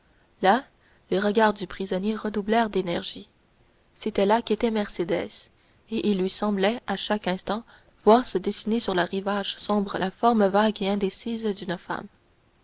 là les regards du prisonnier redoublèrent d'énergie c'était là qu'était mercédès et il lui semblait à chaque instant voir se dessiner sur le rivage sombre la forme vague et indécise d'une femme